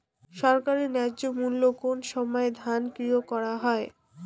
সরকারি ন্যায্য মূল্যে কোন সময় ধান ক্রয় করা হয়?